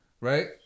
right